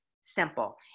simple